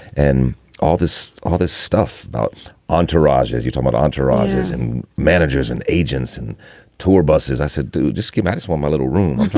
and all this all this stuff about entourage, as you talk about entourages and managers and agents and tour buses, i said do the schematics for my little room